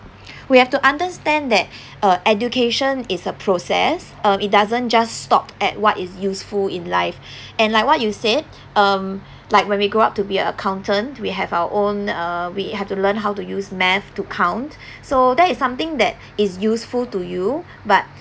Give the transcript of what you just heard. we have to understand that uh education is a process um it doesn't just stop at what is useful in life and like what you said um like when we grew up to be a accountant we have our own uh we have to learn how to use math to count so that is something that is useful to you but